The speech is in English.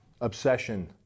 obsession